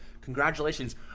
congratulations